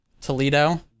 Toledo